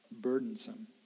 burdensome